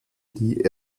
die